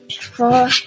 four